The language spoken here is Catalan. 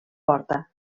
porta